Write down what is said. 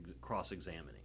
cross-examining